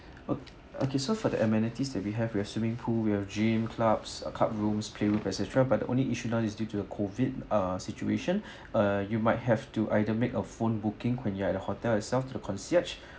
ok~ okay so for the amenities that we have we have swimming pool we have gym clubs uh card rooms play room etcetera but the only issue now is due to the COVID uh situation err you might have to either make a phone booking when you are at the hotel yourself to the concierge